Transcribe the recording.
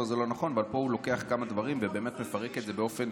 אבל פה הוא לוקח כמה דברים ובאמת מפרק את זה באופן